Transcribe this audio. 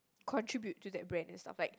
contribute to that brand and stuff like